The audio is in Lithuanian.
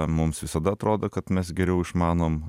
mums visada atrodo kad mes geriau išmanom